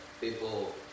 People